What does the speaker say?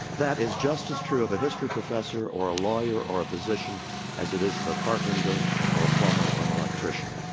that is just as true of a history professor or a lawyer or a physician as it of a carpenter or a plumber or an electrician.